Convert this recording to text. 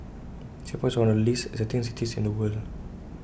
Singapore is one of the least exciting cities in the world